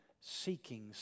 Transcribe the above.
seeking